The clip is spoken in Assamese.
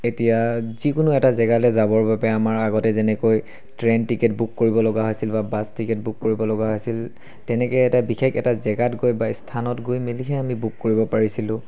এতিয়া যিকোনো এটা জেগালৈ যাবৰ বাবে আমাৰ আগতে যেনেকৈ ট্ৰেইন টিকেট বুক কৰিব লগা হৈছিল বা বাছ টিকেট বুক কৰিবলগা হৈছিল তেনেকৈ এটা বিশেষ এটা জেগাত গৈ বা স্থানত গৈ মেলিহে আমি বুক কৰিব পাৰিছিলোঁ